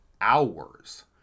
hours